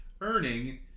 earning